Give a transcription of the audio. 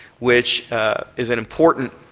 which is an important